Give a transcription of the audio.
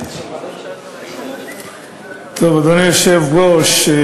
אדוני היושב-ראש,